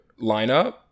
lineup